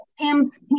Pam's